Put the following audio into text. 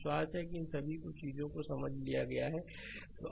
विश्वास है कि इन सभी चीजों को समझ लिया है